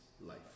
life